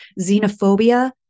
xenophobia